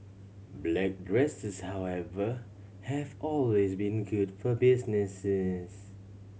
black dresses however have always been good for businesses